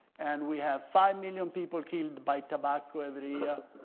and we have five million people killed by tobacco every year.